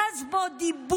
אחז בו דיבוק